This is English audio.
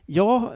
jag